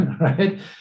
right